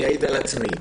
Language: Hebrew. אני אעיד על עצמי: